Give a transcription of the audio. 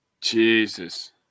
Jesus